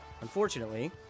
Unfortunately